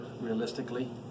realistically